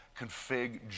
config